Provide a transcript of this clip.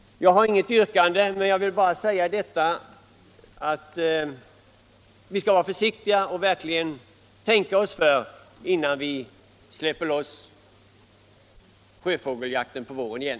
Jag har inget yrkande men jag vill säga att vi skall vara försiktiga och verkligen tänka oss för innan vi släpper loss vårjakten efter sjöfågel igen.